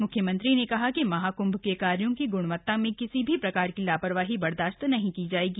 मुख्यमंत्री ने कहा कि महाकंभ के कार्यों की ग्णवता में किसी भी प्रकार की ला रवाही बर्दाश्त नहीं की जायेगी